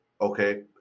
okay